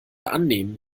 annehmen